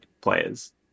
players